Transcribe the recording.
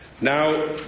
Now